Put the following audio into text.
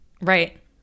right